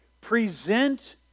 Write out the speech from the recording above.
present